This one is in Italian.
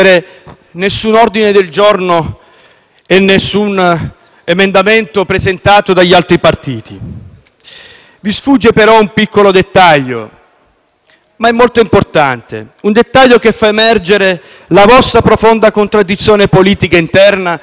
e alcun emendamento presentato dagli altri Gruppi. Vi sfugge, però, un piccolo dettaglio molto importante; un dettaglio che fa emergere la vostra profonda contraddizione politica interna e che, soprattutto, vi delegittima